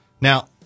Now